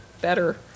better